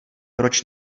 proč